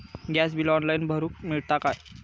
Gas bill online भरुक मिळता काय?